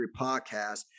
podcast